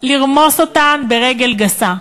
לרמוס אותן ברגל גסה,